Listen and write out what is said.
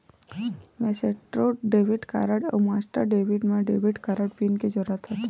Maestro debit card अउ Master debit म debit card pin के जरूरत होथे